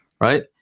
right